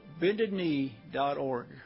BendedKnee.org